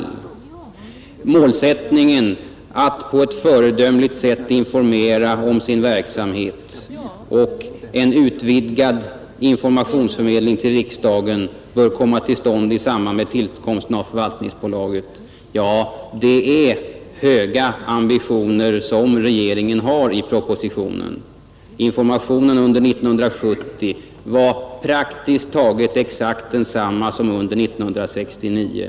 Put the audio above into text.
Det talas i propositionen om målsättningen att ”på ett föredömligt sätt informera om sin verksamhet” och det sägs att ”en utvidgad informationsförmedling till riksdagen bör komma till stånd i samband med tillkomsten av förvaltningsbolaget”. Det är höga ambitioner som regeringen har i propositionen. Informa tionen under 1970 var emellertid praktiskt taget exakt densamma som under 1969.